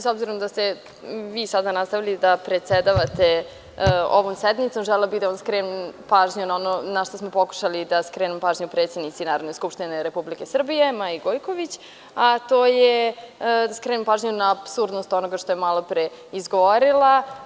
S obzirom da ste vi sada nastavili da predsedavate ovom sednicom, želela bih da vam skrenem pažnju na ono na što smo pokušali da skrenemo pažnju predsednici Narodne skupštine Republike Srbije, Maji Gojković, a to je da skrenemo pažnju na apsurdnost onoga što je malopre izgovorila.